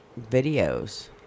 videos